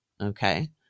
okay